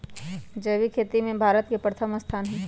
जैविक खेती में भारत के प्रथम स्थान हई